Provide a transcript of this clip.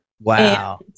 Wow